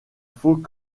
faut